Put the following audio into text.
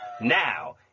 Now